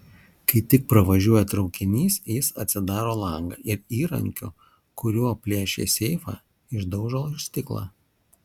kai tik privažiuoja traukinys jis atsidaro langą ir įrankiu kuriuo plėšė seifą išdaužo stiklą